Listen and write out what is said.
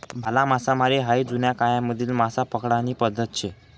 भाला मासामारी हायी जुना कायमाधली मासा पकडानी पद्धत शे